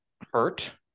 hurt